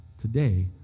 today